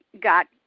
got